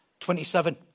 27